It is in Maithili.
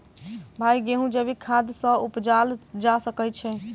भाई गेंहूँ जैविक खाद सँ उपजाल जा सकै छैय?